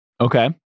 Okay